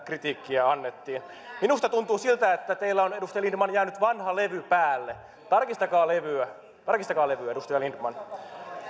kritiikkiä annettiin minusta tuntuu siltä että teillä on edustaja lindtman jäänyt vanha levy päälle tarkistakaa levyä tarkistakaa levyä edustaja lindtman